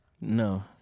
No